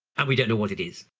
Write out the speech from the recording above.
and we don't know what it is.